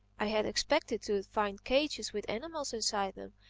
i had expected to find cages with animals inside them.